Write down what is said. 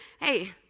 hey